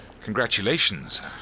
congratulations